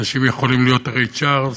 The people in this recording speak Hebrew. אנשים יכולים להיות ריי צ'רלס,